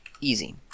easy